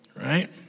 right